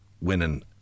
winning